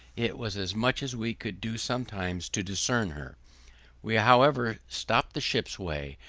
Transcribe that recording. it was as much as we could do sometimes to discern her we however stopped the ship's way,